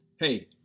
Hey